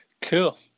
cool